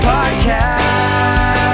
Podcast